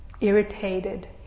irritated